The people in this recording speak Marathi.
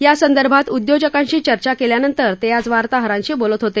यासं र्भात उद्योजकांशी चर्चा केल्यानंतर ते आज वार्ताहरांशी बोलत होते